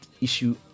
issue